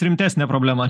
rimtesnė problema